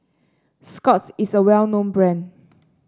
Scott's is a well known brand